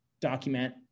document